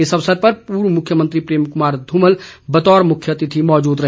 इस अवसर पर पूर्व मुख्यमंत्री प्रेम कुमार धूमल बतौर मुख्यातिथि मौजूद रहे